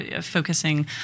focusing